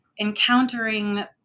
encountering